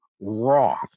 wrong